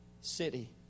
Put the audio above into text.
city